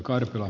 kannatan